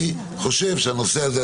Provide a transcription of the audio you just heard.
אני חושב שהנושא הזה,